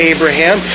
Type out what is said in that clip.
Abraham